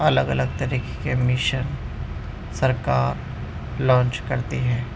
الگ الگ طریقے کے مشن سرکار لانچ کرتی ہے